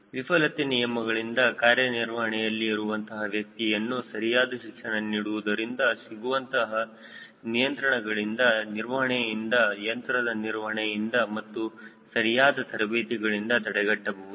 ವಿಫಲತೆ ನಿಯಮಗಳಿಂದ ಕಾರ್ಯನಿರ್ವಹಣೆಯಲ್ಲಿ ಇರುವಂತಹ ವ್ಯಕ್ತಿಯನ್ನು ಸರಿಯಾದ ಶಿಕ್ಷಣ ನೀಡುವುದರಿಂದ ಸಿಗುವಂತಹ ನಿಯಂತ್ರಣಗಳಿಂದ ನಿರ್ವಹಣೆಯಿಂದ ಯಂತ್ರದ ನಿರ್ವಹಣೆಯಿಂದ ಮತ್ತು ಸರಿಯಾದ ತರಬೇತಿಗಳಿಂದ ತಡೆಗಟ್ಟಬಹುದು